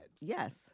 Yes